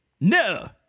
No